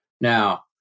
Now